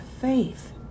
faith